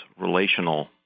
relational